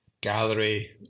gallery